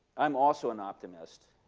i'm also an optimist.